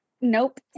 Nope